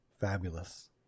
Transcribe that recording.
Fabulous